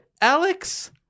Alex